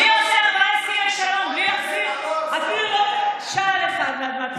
מי עושה ארבעה הסכמי שלום בלי להחזיר אפילו לא שעל אחד מאדמת ישראל.